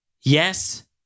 Yes